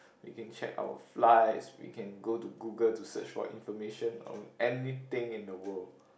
we can check our flights we can go to Google to search for information on anything in the world